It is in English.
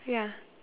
ya